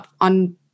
on